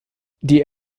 die